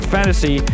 Fantasy